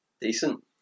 Decent